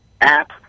app